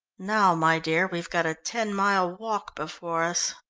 now my dear, we've got a ten mile walk before us.